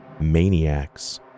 maniacs